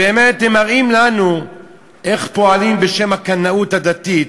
באמת הם מראים לנו איך פועלים בשם הקנאות הדתית,